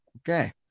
Okay